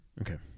Okay